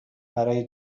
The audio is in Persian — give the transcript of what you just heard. برای